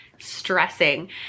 stressing